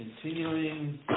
Continuing